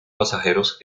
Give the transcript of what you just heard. pasajeros